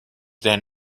then